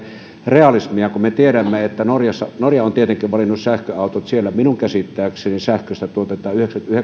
realismia me tiedämme että norja on tietenkin valinnut sähköautot siellä minun käsittääkseni sähköstä tuotetaan